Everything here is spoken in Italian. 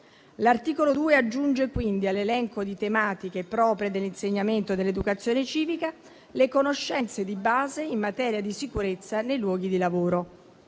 L'articolo 2 aggiunge quindi all'elenco di tematiche proprie dell'insegnamento dell'educazione civica le conoscenze di base in materia di sicurezza nei luoghi di lavoro.